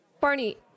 Barney